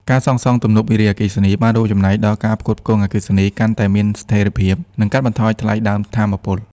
ការសាងសង់ទំនប់វារីអគ្គិសនី បានរួមចំណែកដល់ការផ្គត់ផ្គង់អគ្គិសនីកាន់តែមានស្ថិរភាព និងកាត់បន្ថយថ្លៃដើមថាមពល។